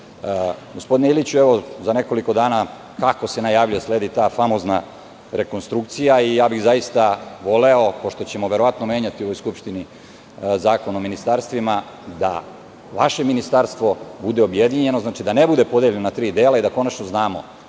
pitanje. Gospodine Iliću, za nekoliko dana, kako se najavljuje, sledi ta famozna rekonstrukcija i zaista bih voleo, pošto ćemo verovatno menjati u ovoj skupštini Zakon o ministarstvima, da vaše ministarstvo bude objedinjeno, znači, da ne bude podeljeno na tri dela i da konačno znamo